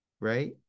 right